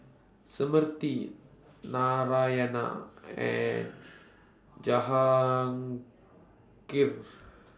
Smriti Narayana and Jahangir